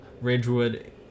Ridgewood